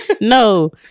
no